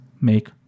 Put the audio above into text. make